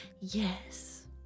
Yes